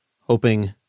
hoping